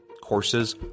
Courses